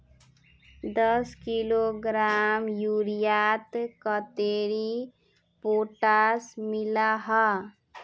दस किलोग्राम यूरियात कतेरी पोटास मिला हाँ?